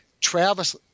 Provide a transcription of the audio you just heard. Travis